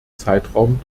zeitraum